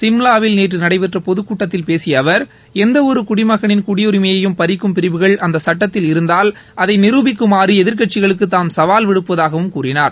சிம்லாவில் நேற்று நடைபெற்ற பொதுக் கூட்டத்தில் பேசிய அவர் எந்தவொரு குடிமகனின் குடியுரிமையை பறிக்கும் பிரிவுகள் அந்த சுட்டத்தில் இருந்தால் அதை நிருபிக்குமாறு எதிர்க்கட்சிகளுக்கு தாம் சவால் விடுப்பதாகவும் கூறினார்